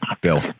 Bill